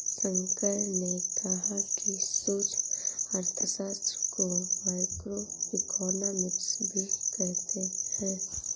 शंकर ने कहा कि सूक्ष्म अर्थशास्त्र को माइक्रोइकॉनॉमिक्स भी कहते हैं